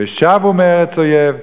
ושבו מארץ אויב,